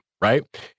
Right